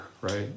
right